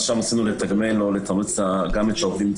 אז שם ניסינו לתגמל או לתמרץ גם את העובדים,